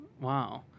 Wow